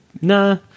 Nah